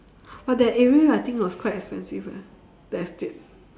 but that area I think was quite expensive eh that estate